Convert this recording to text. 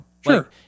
Sure